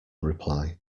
reply